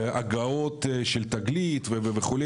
הגעות של תגלית וכו',